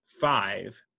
five